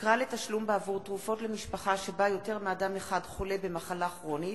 תקרה לתשלום בעבור תרופות למשפחה שבה יותר מאדם אחד חולה במחלה כרונית),